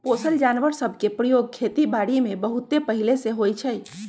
पोसल जानवर सभ के प्रयोग खेति बारीमें बहुते पहिले से होइ छइ